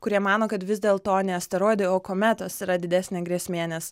kurie mano kad vis dėl to ne asteroidai o kometos yra didesnė grėsmė nes